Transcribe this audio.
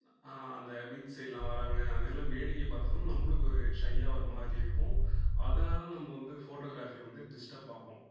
அந்த பீச் சைடெலாம் வரவங்க அதுமாரிலாம் வேடிக்கை பார்த்தாலும் நம்பளுக்கு ஒரு ஷையாக ஒரு மாதிரி இருக்கும் அதனால் நம்ம வந்து ஃபோட்டோகிராஃபி வந்து டிஸ்டர்ப் ஆகும்